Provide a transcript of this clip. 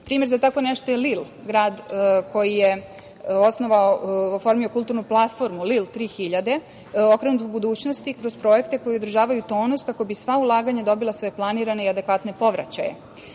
za tako nešto je Lil, grad koji je osnovao i oformio kulturnu platformu „Lil 3000“, okrenut budućnosti kroz projekte koji održavaju tonus, kako bi sva ulaganja dobila svoje planirane i adekvatne povraćaje. Rezultati